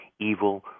evil